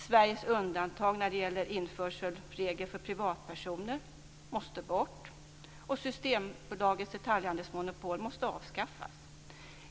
Sveriges undantag när det gäller införselregler för privatpersoner måste bort, och Systembolagets detaljhandelsmonopol måste avskaffas.